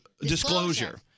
Disclosure